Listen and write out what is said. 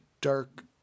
dark